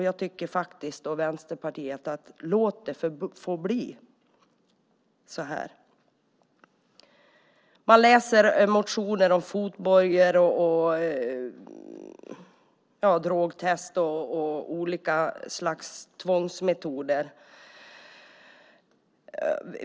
Jag och Vänsterpartiet tycker att man ska låta det förbli så. Man kan läsa motioner om fotbojor, drogtest och olika slags tvångsmetoder.